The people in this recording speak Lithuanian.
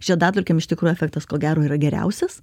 žiedadulkėm iš tikro efektas ko gero yra geriausias